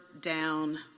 down